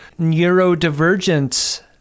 neurodivergence